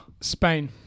Spain